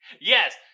Yes